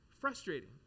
frustrating